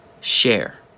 share